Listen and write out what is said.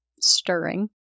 stirring